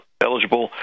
eligible